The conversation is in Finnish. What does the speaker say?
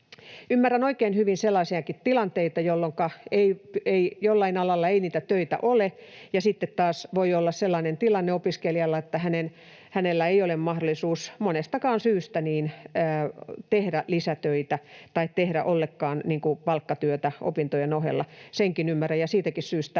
Ymmärrän oikein hyvin sellaisiakin tilanteita, jolloinka ei jollain alalla niitä töitä ole, ja sitten taas voi olla sellainen tilanne opiskelijalla, että hänellä ei ole mahdollisuutta monestakaan syystä tehdä lisätöitä tai tehdä ollenkaan palkkatyötä opintojen ohella. Senkin ymmärrän, ja siitäkin syystä